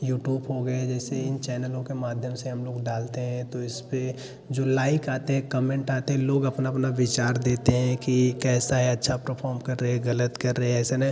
YouTube हो गए जैसे इन चैनलों के माध्यम से हम लोग डालते हैं तो इस पर जो लाइक आते हैं कमेंट आते हैं लोग अपना अपना विचार देते हैं कि कैसा है अच्छा परफॉर्म कर रहे हैं गलत कर रहे हैं ऐसे में